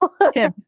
Okay